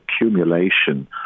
accumulation